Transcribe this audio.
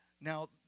Now